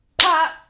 pop